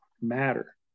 matter